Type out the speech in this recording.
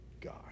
God